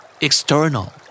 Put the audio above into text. External